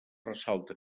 ressalten